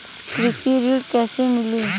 कृषि ऋण कैसे मिली?